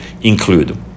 include